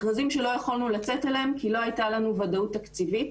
מכרזים שלא יכולנו לצאת אליהם כי לא הייתה לנו ודאות תקציבית.